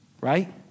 right